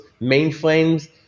mainframes